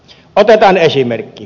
otetaan esimerkki